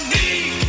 need